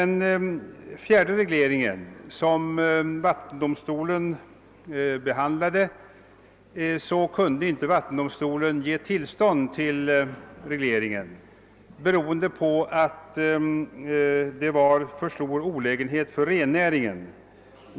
När = vattendomstolen «behandlade den fjärde regleringen kunde vattendomstolen inte ge tillstånd till regle ringen därför att det skulle bli för stor olägenhet för rennäringen.